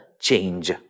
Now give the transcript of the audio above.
change